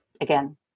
again